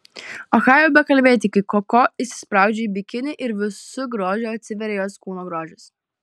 o ką jau bekalbėti kai koko įsispraudžia į bikinį ir visu grožiu atsiveria jos kūno grožis